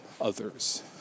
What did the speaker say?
others